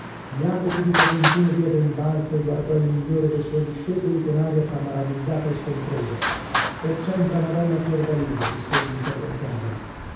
jacopo di casentino diede un balzo e guardò il migliore de suoi discepoli con aria tra maravigliata e scontrosa che c'entra madonna fiordalisa diss'egli interrompendolo eh